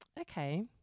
okay